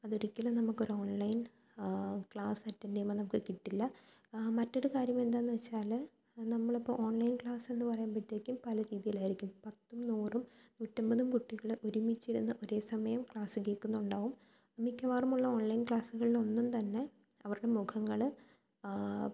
അത് ഒരിക്കലും നമുക്ക് ഒരു ഓണ്ലൈന് ക്ലാസ് അറ്റൻ്റ് ചെയ്യുമ്പം നമുക്ക് കിട്ടില്ല മറ്റൊരു കാര്യം എന്തെന്ന് വച്ചാൽ നമ്മൾ ഇപ്പോൾ ഓണ്ലൈന് ക്ലാസെന്ന് പറയുമ്പോഴത്തേക്കും പല രീതിയിൽ ആയിരിക്കും പത്തും നൂറും നൂറ്റി അമ്പതും കുട്ടികൾ ഒരുമിച്ച് ഇരുന്ന് ഒരേ സമയം ക്ലാസിൽ ഇരിക്കുന്നുണ്ടാവും മിക്കവാറുമുള്ള ഓണ്ലൈന് ക്ലാസ്കളിൽ ഒന്നും തന്നെ അവര്ക്ക് മുഖങ്ങൾ